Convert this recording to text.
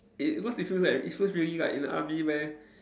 it because it feels like it feels really like in army where